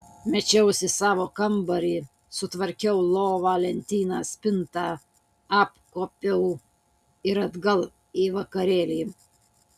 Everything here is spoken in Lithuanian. mečiausi į savo kambarį sutvarkiau lovą lentyną spintą apkuopiau ir atgal į vakarėlį